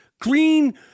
green